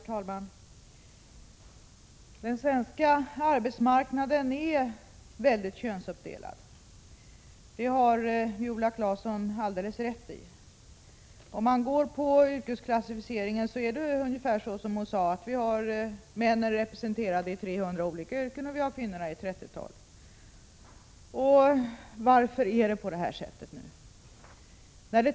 Herr talman! Den svenska arbetsmarknaden är väldigt könsuppdelad —- det har Viola Claesson alldeles rätt i. Yrkesklassificeringen visar att det är ungefär så som Viola Claesson sade, att männen finns representerade i 300 olika yrken och kvinnorna i ett 30-tal. Varför är det på det här sättet?